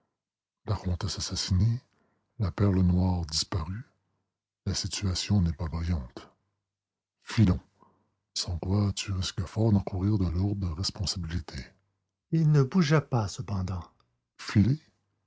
la comtesse assassinée la perle noire disparue la situation n'est pas brillante filons sans quoi tu risques fort d'encourir de lourdes responsabilités il ne bougea pas cependant